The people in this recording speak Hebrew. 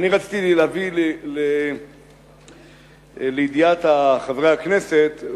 רציתי להביא לידיעת חברי הכנסת,